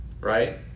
right